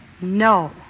No